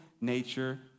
nature